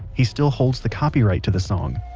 he still holds the copyright to the song.